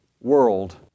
world